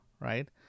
right